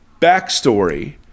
backstory